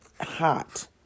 hot